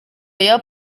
aya